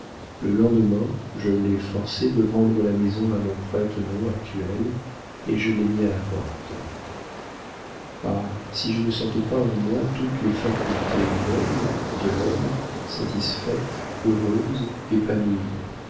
le lendemain je l'ai forcé de vendre la maison à mon prête-nom actuel et je l'ai mis à la porte ah si je ne sentais pas en moi toutes les facultés nobles de l'homme satisfaites heureuses épanouies